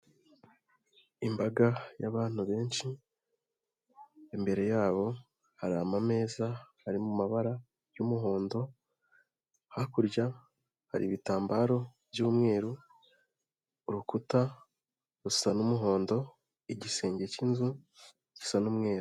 Imbaga y'abantu benshi imbere yabo harimo amameza ari mu mabara y'umuhondo, hakurya hari ibitambaro by'umweru, urukuta rusa n'umuhondo, igisenge k'inzu gisa n'umweru.